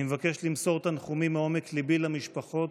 אני מבקש למסור תנחומים מעומק ליבי למשפחות